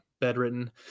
bedridden